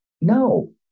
No